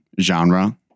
genre